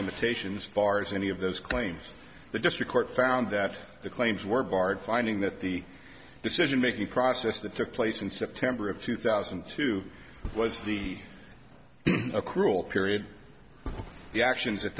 limitations bars any of those claims the district court found that the claims were barred finding that the decision making process that took place in september of two thousand and two was the accrual period the actions at